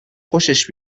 خوشش